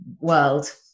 world